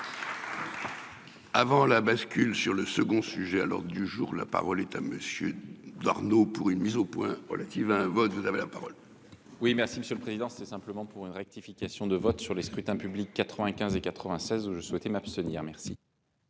Avant la bascule sur le second sujet à l'ordre du jour. La parole est à monsieur d'Arnaud pour une mise au point relative un vote vous avez la parole. Le. Oui, merci Monsieur le Président, c'est simplement pour une rectification de vote sur les scrutins publics 95 et 96 où je souhaitais m'abstenir merci.--